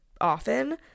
often